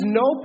no